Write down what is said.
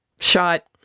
shot